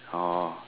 oh